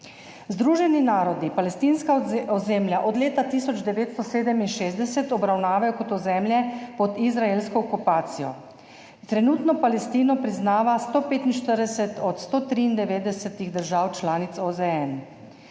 Združeni narodi palestinska ozemlja od leta 1967 obravnavajo kot ozemlje pod izraelsko okupacijo. Trenutno Palestino priznava 145 od 193 držav članic OZN.